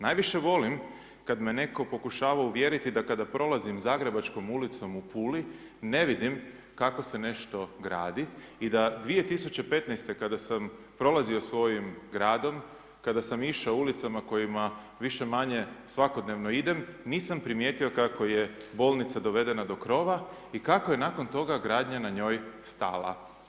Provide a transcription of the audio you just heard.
Najviše volim kad me netko pokušava uvjeriti da kada prolazim Zagrebačkom ulicom u Puli, ne vidim kako se nešto gradi i da 2015. kada sam prolazio svojim gradom, kada sam išao ulicama kojima više-manje svakodnevno idem, nisam primijetio kako je bolnica dovedena do krova i kako je nakon toga gradnja na njoj stala.